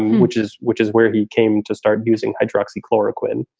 which is which is where he came to start using hydroxy chloroquine.